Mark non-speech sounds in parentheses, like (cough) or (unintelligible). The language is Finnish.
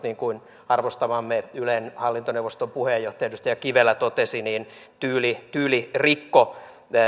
(unintelligible) niin kuin arvostamamme ylen hallintoneuvoston puheenjohtaja edustaja kivelä totesi tyylirikko tyylirikko